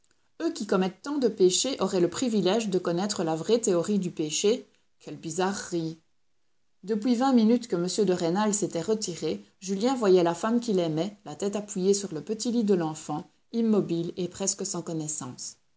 eux qui commettent tant de péchés auraient le privilège de connaître la vraie théorie du péché quelle bizarrerie depuis vingt minutes que m de rênal s'était retiré julien voyait la femme qu'il aimait la tête appuyée sur le petit lit de l'enfant immobile et presque sans connaissance